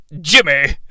Jimmy